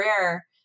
rare